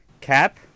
Cap